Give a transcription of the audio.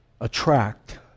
Attract